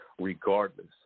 regardless